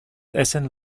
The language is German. essen